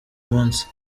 munsi